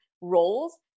roles